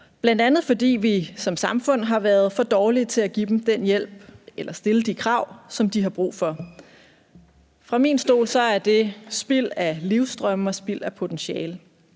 bl.a. fordi vi som samfund har været for dårlige til at give dem den hjælp eller stille de krav, som de har brug for. Set fra min stol er det spild af livsdrømme og spild af potentiale,